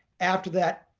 after that,